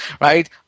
right